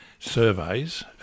Surveys